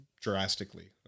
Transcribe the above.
drastically